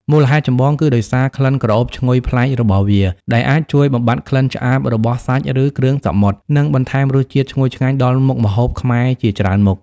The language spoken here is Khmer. មូលហេតុចម្បង គឺដោយសារ ក្លិនក្រអូបឈ្ងុយប្លែក របស់វា ដែលអាចជួយបំបាត់ក្លិនឆ្អាបរបស់សាច់ ឬគ្រឿងសមុទ្រ និងបន្ថែមរសជាតិឈ្ងុយឆ្ងាញ់ដល់មុខម្ហូបខ្មែរជាច្រើនមុខ។